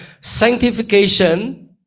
sanctification